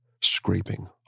scraping